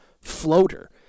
floater